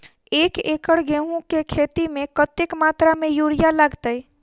एक एकड़ गेंहूँ केँ खेती मे कतेक मात्रा मे यूरिया लागतै?